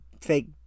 fake